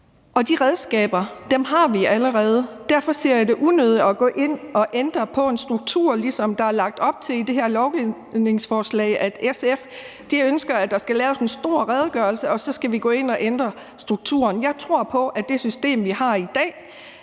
og de redskaber har vi allerede. Derfor ser jeg det som unødigt at gå ind at ændre på en struktur, sådan som der er lagt op til i det her beslutningsforslag, altså at SF ønsker, at der skal laves en stor redegørelse, og så skal vi gå ind at ændre strukturen. Jeg tror på, at det system, vi har i dag,